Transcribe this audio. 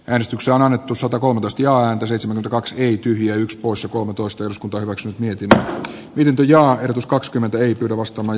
ensi syksy on annettu sotakulutus ja ääntä seitsemän kaksi tyhjää yksi usa kolmetoista jos päiväks mietintö lintuja jos kakskymmentä vastaavan